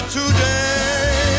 today